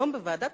היום בוועדת